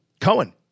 cohen